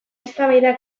eztabaida